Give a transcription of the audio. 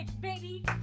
baby